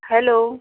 hello